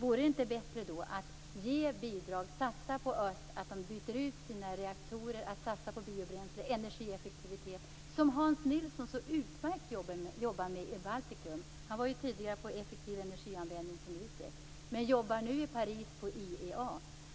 Vore det inte bättre att ge bidrag och satsa på öst, så att de byter ut sina reaktorer, och att satsa på biobränsle och energieffektivitet? Hans Nilsson jobbar utmärkt med detta i Baltikum. Han jobbade tidigare med effektiv energianvändning på NUTEK men är nu i Paris på IEA.